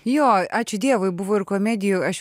jo ačiū dievui buvo ir komedijų aš